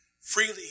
Freely